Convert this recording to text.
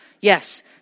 yes